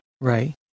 Right